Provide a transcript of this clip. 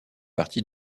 partie